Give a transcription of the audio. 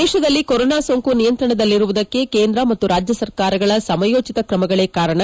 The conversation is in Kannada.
ದೇಶದಲ್ಲಿ ಕೊರೊನಾ ಸೋಂಕು ನಿಯಂತ್ರಣದಲ್ಲಿರುವುದಕ್ಕೆ ಕೇಂದ್ರ ಮತ್ತು ರಾಜ್ಯ ಸರ್ಕಾರಗಳ ಸಮಯೋಚಿತ ಕ್ರಮಗಳೇ ಕಾರಣ